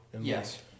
Yes